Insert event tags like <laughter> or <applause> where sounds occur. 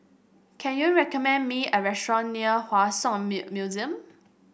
can you recommend me a restaurant near Hua Song <unintelligible> Museum